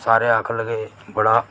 सारे आक्खन लगे बड़ा